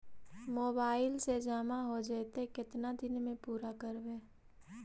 Mobile से जामा हो जैतय, केतना दिन में पुरा करबैय?